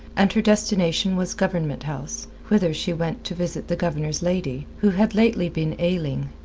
and her destination was government house, whither she went to visit the governor's lady, who had lately been ailing.